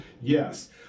yes